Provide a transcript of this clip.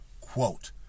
Quote